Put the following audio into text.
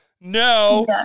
no